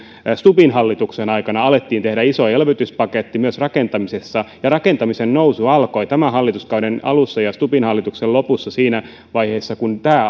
stubbin hallituksen aikana alettiin tehdä isoa elvytyspakettia myös rakentamisessa ja rakentamisen nousu alkoi tämän hallituskauden alussa ja stubbin hallituksen lopussa siinä vaiheessa kun tämä